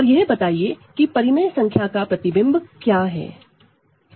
और यह बताइए की रेशनल नंबर की इमेज क्या है